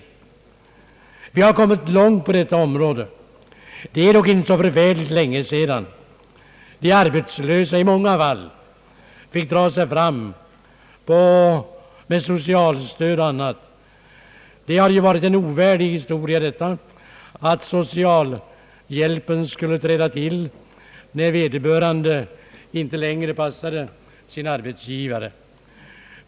Vi har kommit långt på detta område. Det är dock inte så förfärligt länge sedan de arbetslösa i många fall fick dra sig fram med socialstöd och liknande. Det har ju varit ett ovärdigt förhållande, att socialhjälpen skulle träda till, när en äldre arbetare inte längre passade sin arbetsgivare.